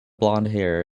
blondhair